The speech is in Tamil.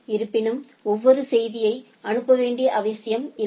இருப்பினும் ஒவ்வொரு செய்தியையும் அனுப்ப வேண்டிய அவசியமில்லை